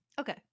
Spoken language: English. Okay